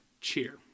Cheer